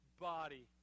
body